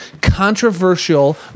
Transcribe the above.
controversial